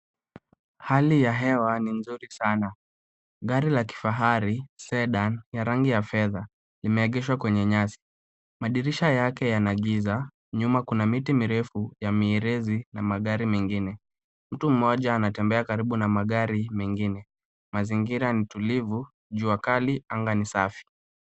Hali ya hewa ni mzuri sana, gari la kifahari sedan ya rangi ya fedha imeegeshwa kwenye nyasi, madirisha yake yana giza. Nyuma kuna miti mirefu ya mierezi na magari mingine. Mtu mmoja anatembea karibu na magari mengine. Mazingira ni tulivu, jua kali anga ni safi.